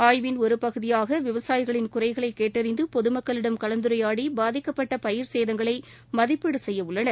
ஆய்வின் ஒரு பகுதியாக விவசாயிகளின் குறைகளை கேட்டறிந்து பொது மக்களிடம் கலந்துரையாடி பாதிக்கப்பட்ட பயிர் சேதங்களை மதிப்பீடு செய்ய உள்ளனர்